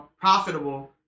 profitable